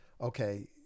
Okay